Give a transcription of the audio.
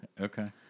Okay